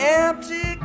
empty